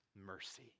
mercy